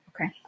Okay